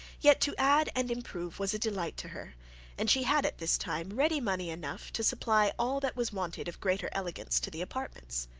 yet to add and improve was a delight to her and she had at this time ready money enough to supply all that was wanted of greater elegance to the apartments.